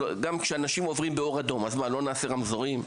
חוצים באור אדום, אז מה, לא נעשה רמזורים?